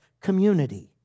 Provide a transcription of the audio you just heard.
community